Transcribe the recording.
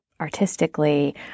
artistically